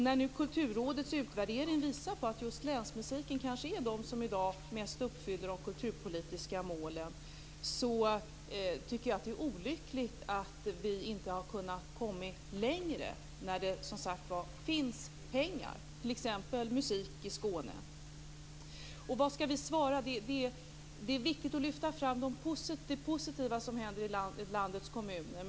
När nu Kulturrådets utvärdering visar att just länsmusiken kanske är de som i dag mest uppfyller de kulturpolitiska målen, tycker jag att det är olyckligt att vi inte har kunnat komma längre eftersom det finns pengar. Det gäller t.ex. Musik i Skåne. Det är viktigt att lyfta fram det positiva som händer i landets kommuner.